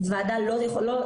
וגם צריך לנהל עליו דיון נפרד.